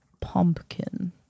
pumpkin